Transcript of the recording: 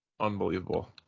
unbelievable